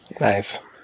Nice